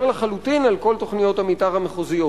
לחלוטין על כל תוכניות המיתאר המחוזיות.